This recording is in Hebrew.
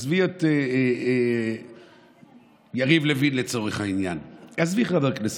עזבי את יריב לוין, לצורך העניין, עזבי חבר כנסת.